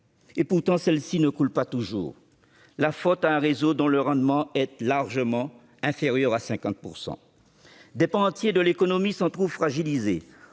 Pourtant, l'eau ne coule pas toujours : la faute en revient à un réseau dont le rendement est largement inférieur à 50 %. Des pans entiers de l'économie s'en trouvent fragilisés,